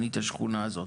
אני את השכונה הזאת.